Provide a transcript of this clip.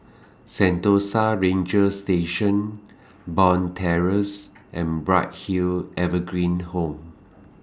Sentosa Ranger Station Bond Terrace and Bright Hill Evergreen Home